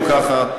אם ככה,